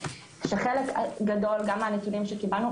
שחלק גדול גם מהנתונים שקיבלנו,